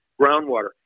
groundwater